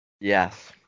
Yes